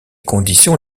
conditions